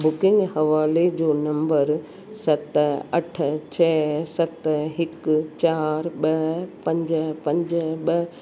booking हवाले जो number सत अठ छ सत हिकु चारि ॿ पंज पंज ॿ